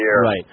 Right